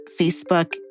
Facebook